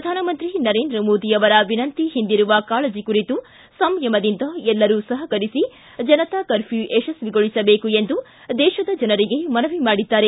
ಪ್ರಧಾನಮಂತ್ರಿ ನರೇಂದ್ರ ಮೋದಿ ಅವರ ವಿನಂತಿ ಹಿಂದಿರುವ ಕಾಳಜಿ ಅರಿತು ಸಂಯಮದಿಂದ ಎಲ್ಲರೂ ಸಹಕರಿಸಿ ಜನತಾ ಕರ್ಪ್ಯೂ ಯಶಸ್ವಿಗೊಳಿಸಬೇಕು ಎಂದು ದೇಶದ ಜನರಿಗೆ ಮನವಿ ಮಾಡಿದ್ದಾರೆ